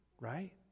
right